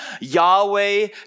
Yahweh